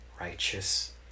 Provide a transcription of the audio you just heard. righteous